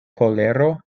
kolero